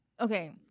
okay